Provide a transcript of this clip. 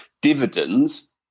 Dividends